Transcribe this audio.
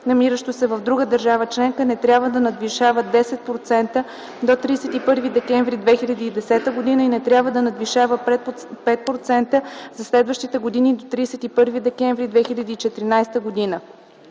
намиращо се в друга държава членка, не трябва да надвишава 10% до 31 декември 2010 г. и не трябва да надвишава 5% за следващите години до 31 декември 2014 г.